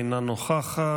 אינה נוכחת,